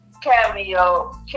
cameo